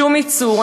שום ייצור.